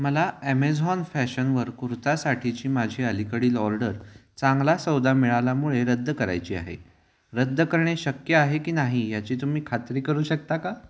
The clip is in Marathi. मला ॲमेझॉन फॅशनवर कुर्तासाठीची माझी अलीकडील ऑर्डर चांगला सौदा मिळाल्यामुळे रद्द करायची आहे रद्द करणे शक्य आहे की नाही याची तुम्ही खात्री करू शकता का